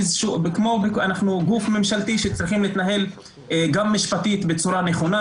אנחנו גוף ממשלתי שצריכים להתנהל גם משפטית בצורה נכונה,